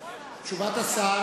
תשובת השר.